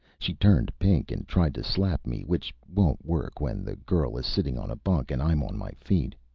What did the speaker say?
she turned pink and tried to slap me, which won't work when the girl is sitting on a bunk and i'm on my feet.